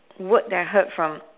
word that I heard from